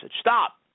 Stop